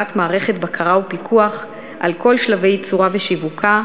מערכת בקרה ופיקוח על כל שלבי ייצורה ושיווקה,